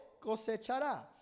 cosechará